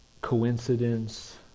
coincidence